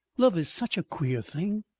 love is such a queer thing.